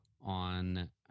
on